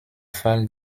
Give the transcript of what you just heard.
fall